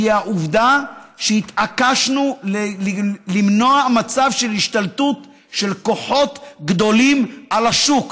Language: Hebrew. והיא העובדה שהתעקשנו למנוע מצב של השתלטות של כוחות גדולים על השוק.